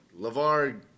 LaVar